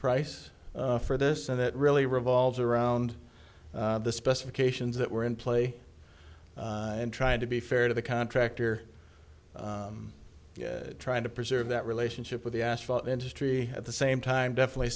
price for this and it really revolves around the specifications that were in play and trying to be fair to the contractor trying to preserve that relationship with the asphalt industry at the same time definitely